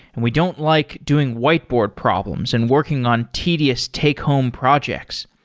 and we don't like doing whiteboard problems and working on tedious take home projects.